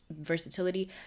versatility